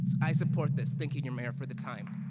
i support this. thank you, mayor, for the time.